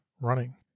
running